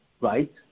right